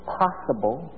possible